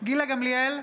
גילה גמליאל,